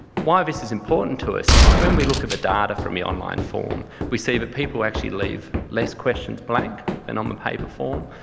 why this is important to us is, when we look at the data from the online form, we see that people actually leave less questions blank than and on the paper form.